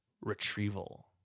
retrieval